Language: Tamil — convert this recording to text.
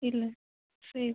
இல்லை சரி